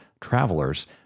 travelers